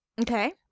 Okay